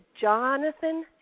Jonathan